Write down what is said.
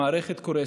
המערכת קורסת,